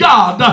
God